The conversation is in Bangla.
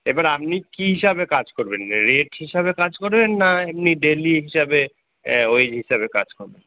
এবার আপনি কী হিসাবে কাজ করবেন রেট হিসাবে কাজ করবেন না এমনি ডেইলি হিসাবে ওই হিসাবে কাজ করবেন